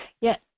Yes